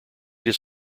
his